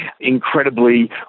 incredibly